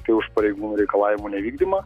tai už pareigūnų reikalavimų nevykdymą